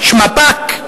שמפ"ק,